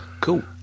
Cool